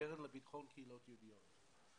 קרן לביטחון קהילות יהודיות.